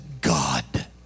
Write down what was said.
God